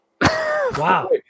Wow